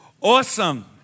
Awesome